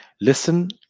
listen